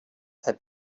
have